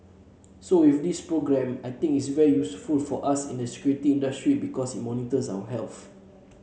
so with this programme I think it's very useful for us in the security industry because it monitors our health